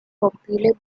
popular